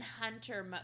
hunter